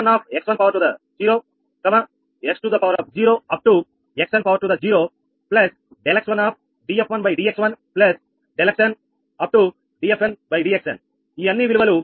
కాబట్టి y అంటేy1 దేనికి సమానం అంటే మీరు ఏమి రాయవచ్చు అంటే 𝑓1x1 x2 up to xn ∆x1df1dx1 ∆xn upto dfndxn ఈ అన్ని విలువలు అసలు df1dx1 వి